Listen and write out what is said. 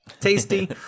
Tasty